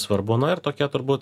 svarbu na ir tokie turbūt